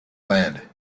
land